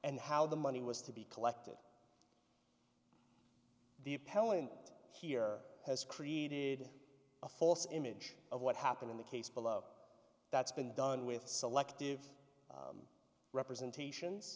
and how the money was to be collected the appellant here has created a false image of what happened in the case below that's been done with selective representations